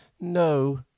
no